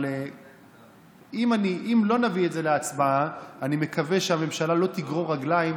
אבל אם לא נביא את זה להצבעה אני מקווה שהממשלה לא תגרור רגליים,